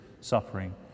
suffering